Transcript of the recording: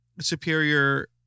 superior